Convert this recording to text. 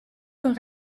kan